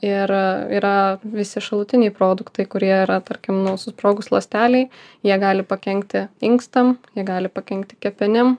ir yra visi šalutiniai produktai kurie yra tarkim nu susprogus ląstelei jie gali pakenkti inkstam jie gali pakenkti kepenim